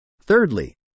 Thirdly